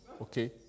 okay